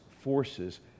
forces